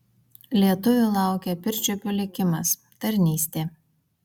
lietuvių laukė pirčiupių likimas tarnystė